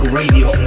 radio